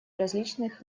различных